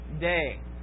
day